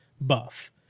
buff